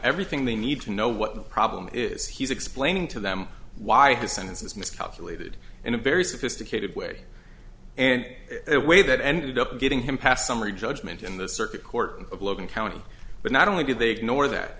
everything they need to know what the problem is he's explaining to them why his sentences miscalculated in a very sophisticated way and they way that ended up getting him past summary judgment in the circuit court of logan county but not only did they ignore that